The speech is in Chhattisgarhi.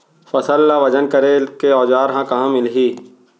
फसल ला वजन करे के औज़ार हा कहाँ मिलही?